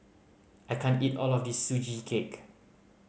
I can't eat all of this Sugee Cake